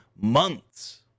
months